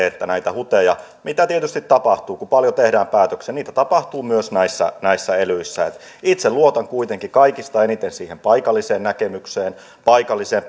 että näitä huteja joita tietysti tapahtuu kun paljon tehdään päätöksiä tapahtuu myös näissä näissä elyissä itse luotan kuitenkin kaikista eniten siihen paikalliseen näkemykseen paikalliseen